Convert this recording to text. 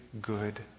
good